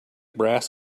brass